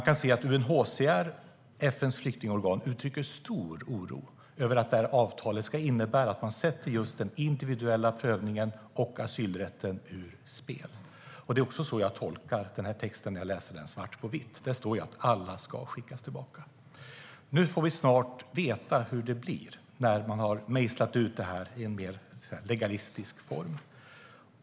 FN:s flyktingorgan UNHCR uttrycker stor oro för att avtalet ska innebära att man sätter den individuella prövningen och asylrätten ur spel. Det är också så jag tolkar texten när jag läser den. Där står svart på vitt att alla ska skickas tillbaka. Nu får vi snart veta hur det blir, när man har mejslat ut detta i en mer legalistisk form.